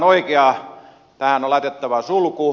tähän on laitettava sulku